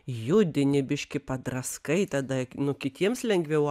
judini biškį padraskai tada nu kitiems lengviau